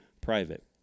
private